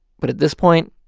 but at this point,